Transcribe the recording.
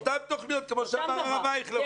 אותן תוכניות כמו שאמר הרב אייכלר,